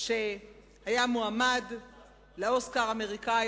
שהיה מועמד לאוסקר האמריקני,